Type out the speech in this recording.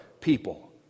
people